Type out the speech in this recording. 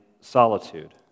solitude